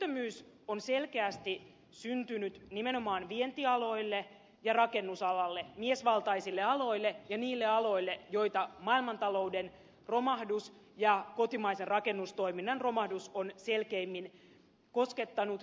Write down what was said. työttömyys on selkeästi syntynyt nimenomaan vientialoille ja rakennusalalle miesvaltaisille aloille ja niille aloille joita maailmantalouden romahdus ja kotimaisen rakennustoiminnan romahdus on selkeimmin koskettanut